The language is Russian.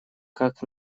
как